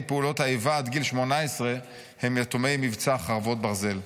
פעולות האיבה עד גיל 18 הם יתומי מבצע חרבות ברזל.